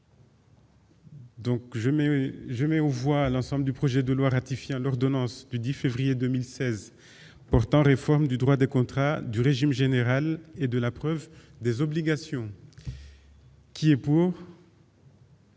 n'ai jamais aux voient l'ensemble du projet de loi ratifiant l'ordonnance du 10 février 2016 portant réforme du droit des contrats du régime général et de la preuve des obligations. Qui est pour.